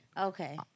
Okay